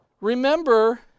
Remember